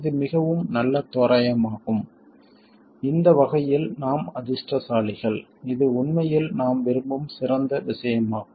இது மிகவும் நல்ல தோராயமாகும் இந்த வகையில் நாம் அதிர்ஷ்டசாலிகள் இது உண்மையில் நாம் விரும்பும் சிறந்த விஷயமாகும்